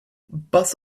bus